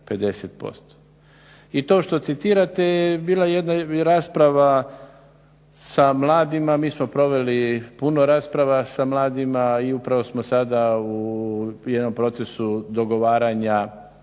I to što citirate je bila jedna rasprava sa mladima, mi smo proveli puno rasprava sa mladima i upravo smo sada u jednom procesu dogovaranja